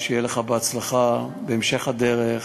בהצלחה בהמשך הדרך,